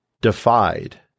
defied